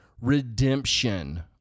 redemption